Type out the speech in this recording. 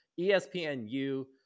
ESPNU